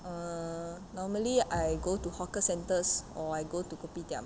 err normally I go to hawker centres or I go to kopitiam